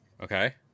Okay